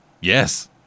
Yes